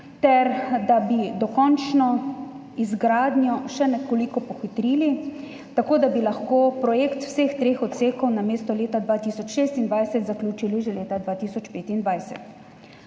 ter da bi dokončno izgradnjo še nekoliko pohitrili tako, da bi lahko projekt vseh treh odsekov namesto leta 2026 zaključili že leta 2025.